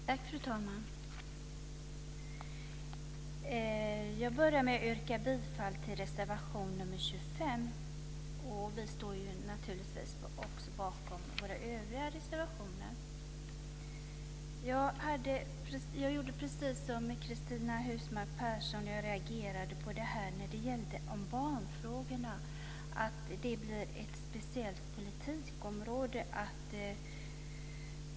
Fru talman! Jag börjar med att yrka bifall till reservation nr 25. Vi står naturligtvis också bakom våra övriga reservationer. Jag gjorde precis som Cristina Husmark Pehrsson - jag reagerade när jag läste att barnfrågorna blir ett speciellt politikområde.